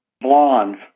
Blondes